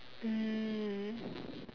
mm